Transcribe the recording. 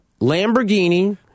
Lamborghini